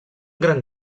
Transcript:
gran